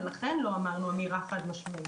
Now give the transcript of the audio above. ולכן לא אמרנו אמירה חד משמעית.